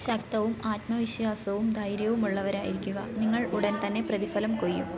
ശക്തവും ആത്മവിശ്വാസവും ധൈര്യവുമുള്ളവരായിരിക്കുക നിങ്ങൾ ഉടൻ തന്നെ പ്രതിഫലം കൊയ്യും